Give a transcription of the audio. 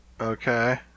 Okay